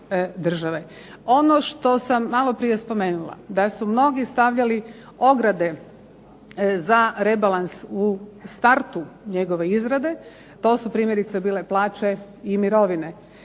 Ono što sam maloprije spomenula, da su mnogi stavljali ograde za rebalans u startu njegove izrade. To su primjerice bile plaće i mirovine,